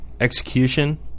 execution